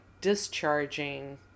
discharging